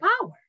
power